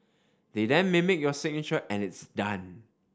they then mimic your signature and it's done